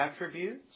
attributes